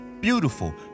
beautiful